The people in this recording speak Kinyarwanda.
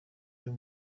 iyo